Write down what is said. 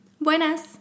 Buenas